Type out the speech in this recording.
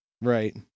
right